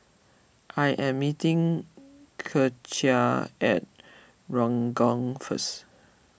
I am meeting Kecia at Ranggung first